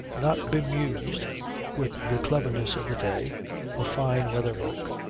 not bemused with the cleverness of the day a fine-weather book,